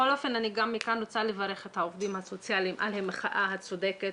מכאן אני רוצה לברך את העובדים הסוציאליים על המחאה הצודקת